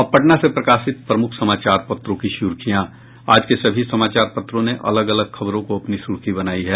अब पटना से प्रकाशित प्रमुख समाचार पत्रों की सुर्खियां आज के सभी समाचार पत्रों ने अलग अलग खबरों को अपनी सूर्खी बनायी है